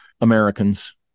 Americans